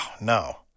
no